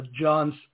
John's